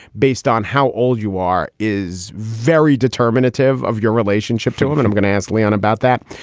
based on how old you are, is very determinative of your relationship to him. and i'm going to ask leon about that.